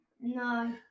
No